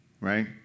right